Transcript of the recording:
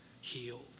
healed